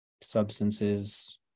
substances